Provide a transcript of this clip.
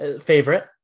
favorite